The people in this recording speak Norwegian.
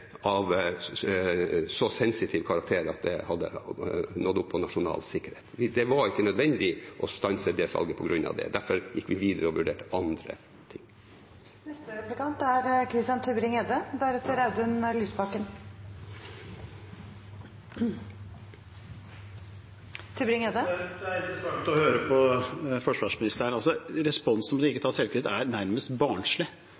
av så sensitiv karakter at det hadde nådd opp på nasjonalt sikkerhetsnivå. Det var ikke nødvendig å stanse det salget på grunn av det, og derfor gikk vi videre og vurderte andre grunner. Det er interessant å høre på forsvarsministeren. Responsen på ikke å ta selvkritikk er nærmest barnslig. Det er sånt man opplevde i barnehagen, det som sies: Nei, jeg gjorde ikke